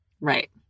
Right